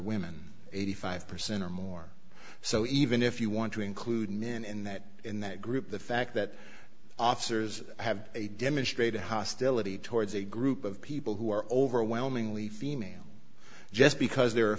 women eighty five percent or more so even if you want to include men in that in that group the fact that officers have a demonstrated hostility towards a group of people who are overwhelmingly female just because there are a